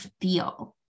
feel